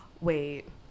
wait